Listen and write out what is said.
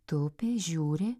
tupi žiūri